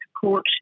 support